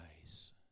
eyes